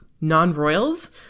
non-royals